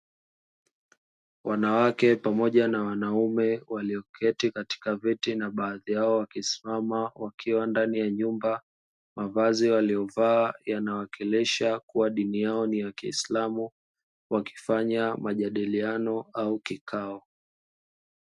Wanawake pamoja na wanaume, walioketi katika viti na baadhi yao wakisimama, wakiwa ndani ya nyumba. Mavazi waliyovaa yanawakilisha kuwa dini yao ni ya kiislamu, wakifanya majadiliano au kikao.